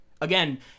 again